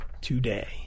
today